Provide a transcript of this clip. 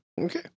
Okay